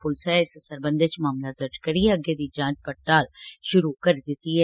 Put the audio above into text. पुलसै इस सरबंधै च मामला दर्ज करियै अग्गे दी जांच पड़ताल शुरु करी दिती ऐ